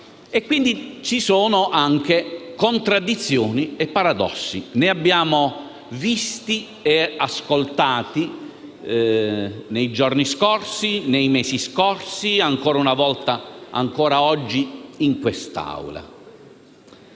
Quindi ci sono anche contraddizioni e paradossi: ne abbiamo visti ed ascoltati, nei giorni e nei mesi scorsi e lo facciamo ancora oggi in quest'Aula.